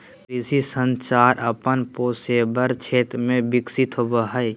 कृषि संचार अपन पेशेवर क्षेत्र में विकसित होले हें